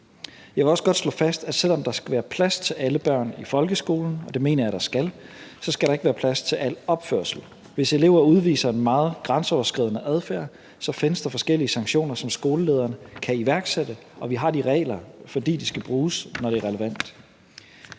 Jeg vil også godt slå fast, at selv om der skal være plads til alle børn i folkeskolen – og det mener jeg der skal – så skal der ikke være plads til al opførsel. Hvis elever udviser en meget grænseoverskridende adfærd, findes der forskellige sanktioner, som skolelederen kan iværksætte, og vi har de regler, fordi de skal bruges, når det er relevant.